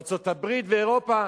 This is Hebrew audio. ארצות-הברית ואירופה,